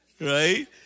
right